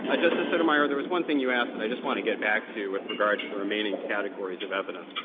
ah justice sotomayor, there was one thing you asked that i just want to get back to with regard to the remaining categories of evidence.